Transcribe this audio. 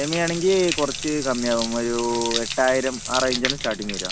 സെമിയാണെങ്കിൽ കുറച്ച് കമ്മിയാകും ഒരൂ എട്ടായിരം ആ റേഞ്ചാണ് സ്റ്റാർട്ടിങ്ങ് വരുക